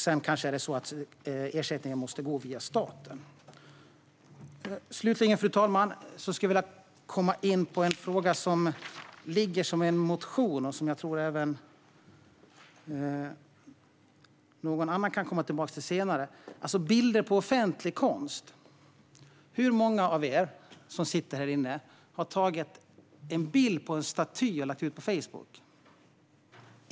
Sedan kanske det är så att ersättningen måste gå via staten. Slutligen, fru talman, skulle jag vilja komma in på en fråga som finns med i form av en motion. Jag tror att även någon annan kommer att komma tillbaka till frågan senare. Det handlar om bilder på offentlig konst. Hur många av er som sitter här i kammaren har tagit en bild på en staty och lagt ut på Facebook?